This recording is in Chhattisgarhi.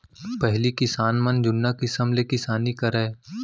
पहिली किसान मन जुन्ना किसम ले किसानी करय